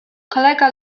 kolega